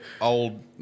old